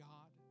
God